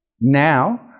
now